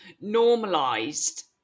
normalized